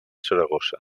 saragossa